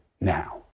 now